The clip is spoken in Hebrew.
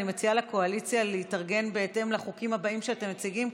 אני מציעה לקואליציה להתארגן בהתאם לחוקים הבאים שאתם מציגים,